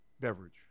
beverage